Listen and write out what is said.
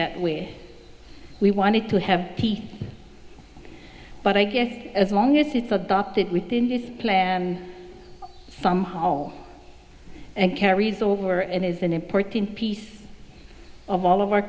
that way we wanted to have peace but i guess as long as it's adopted within this plan somehow and carries over it is an important piece of all of our